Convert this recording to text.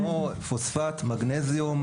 כמו פוספט, מגנזיום.